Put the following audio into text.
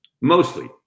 Mostly